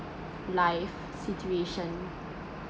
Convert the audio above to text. life situation